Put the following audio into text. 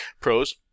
Pros